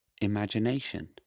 imagination